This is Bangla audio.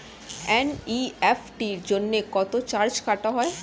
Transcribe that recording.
এন.ই.এফ.টি জন্য কত চার্জ কাটা হয়?